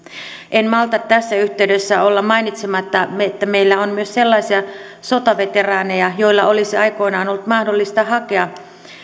en malta tässä yhteydessä olla mainitsematta että meillä on myös sellaisia sotaveteraaneja joiden olisi aikoinaan ollut mahdollista hakea